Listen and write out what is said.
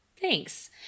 Thanks